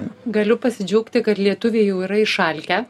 galiu pasidžiaugti kad lietuviai jau yra išalkę